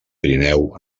pirineu